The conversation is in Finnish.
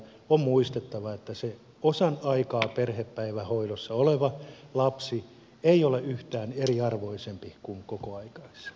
on muistettava että se osan aikaa perhepäivähoidossa oleva lapsi ei ole yhtään eriarvoisempi kuin kokoaikaisessa oleva